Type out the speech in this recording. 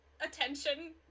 attention